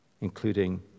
including